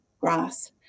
grass